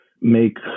make